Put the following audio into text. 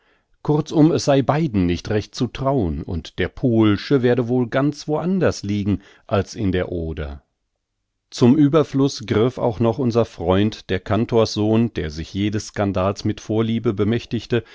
kurzum es sei beiden nicht recht zu traun und der pohlsche werde wohl ganz wo anders liegen als in der oder zum überfluß griff auch noch unser freund der kantorssohn der sich jedes skandals mit vorliebe bemächtigte